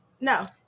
No